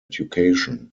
education